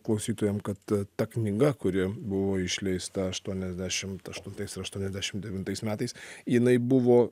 klausytojam kad ta knyga kuri buvo išleista aštuoniasdešimt aštuntais aštuoniasdešim devintais metais jinai buvo